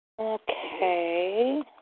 Okay